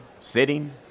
sitting